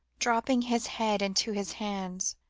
dropping his head into his hands,